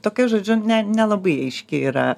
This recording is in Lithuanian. tokia žodžiu ne nelabai aiški yra